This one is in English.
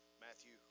Matthew